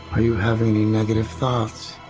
you having any negative thoughts.